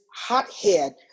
hothead